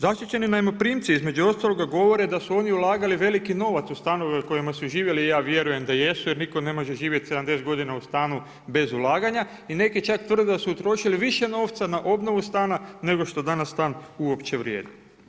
Zaštićeni najmoprimci između ostaloga govore da su oni ulagali veliki novac u stanove u kojima su živjeli i ja vjerujem da jesu jer nitko ne može živjet 70 godina u stanu bez ulaganja i neki čak tvrde da su utrošili više novca nego na obnovu stana nego što danas stan uopće vrijedi.